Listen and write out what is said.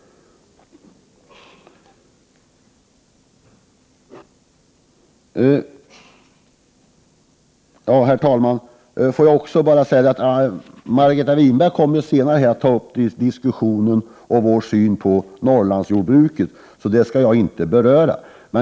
Herr talman! Margareta Winberg kommer senare att ta upp diskussioner om vår syn på Norrlandsjordbruket, så det skall jag inte beröra.